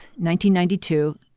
1992